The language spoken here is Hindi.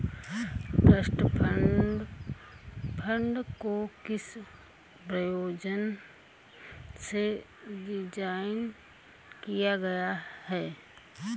ट्रस्ट फंड को किस प्रयोजन से डिज़ाइन किया गया है?